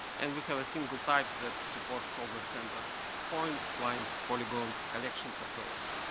and we have a single type that supports all the standard points, lines, polygons, collections of those.